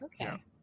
Okay